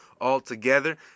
altogether